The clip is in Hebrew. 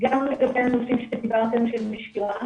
גם לגבי הנושאים שדיברתם, של נשירה